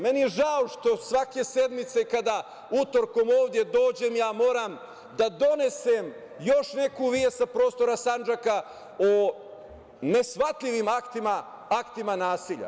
Meni je žao što svake sedmice kada utorkom ovde dođem ja moram da donesem još neku vest sa prostora Sandžaka o neshvatljivim aktima, aktima nasilja.